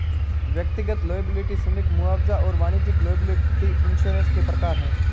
व्यक्तिगत लॉयबिलटी श्रमिक मुआवजा और वाणिज्यिक लॉयबिलटी इंश्योरेंस के प्रकार हैं